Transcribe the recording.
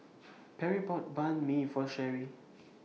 Perri bought Banh MI For Sherrie